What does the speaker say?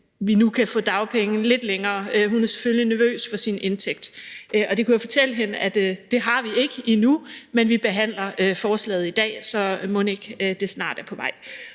vi nu kan få dagpenge i lidt længere tid? Hun er selvfølgelig nervøs for sin indtægt. Og jeg kunne fortælle hende, at det har vi ikke endnu, men at vi behandler forslaget i dag, så mon ikke det snart er på vej?